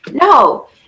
No